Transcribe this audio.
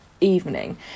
evening